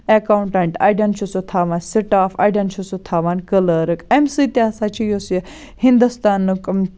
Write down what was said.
accountant اَڑٮ۪ن چھُ سُہ تھاوان سٹاف اَڑٮ۪ن چھُ سُہ تھاوان کٕلٲرٕک امہِ سۭتۍ تہِ ہَسا چھِ یُس یہِ ہِندوستانُک